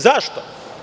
Zašto?